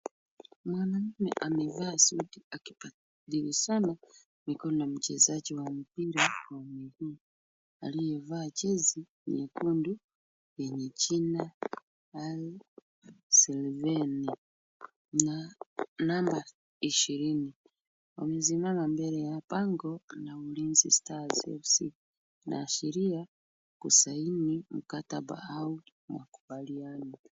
Mwanaume amevaa suti akibadilishana mikono na mchezaji wa mpira wa miguu aliyevaa jezi nyekundu yenye jina Al sliveny na namba ishirini. Wamesimama mbele ya bango la Ulinzi stars FC. Inaashiria kusaini mkataba au makubaliano.